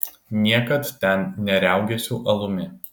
niekad ten neriaugėsiu alumi